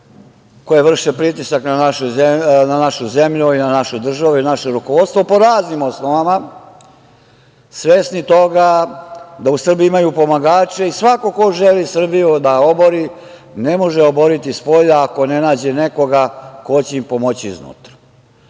koje vrše pritisak na našu zemlju i na našu državu i na naše rukovodstvo, po raznim osnovama, svesni toga da u Srbiji imaju pomagače i svako ko želi Srbiju da obori, ne može je oboriti spolja, ako ne nađe nekoga ko će im pomoći iznutra. Slučaj